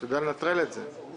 האם אתה יודע לנטרל את זה בניתוח?